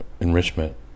enrichment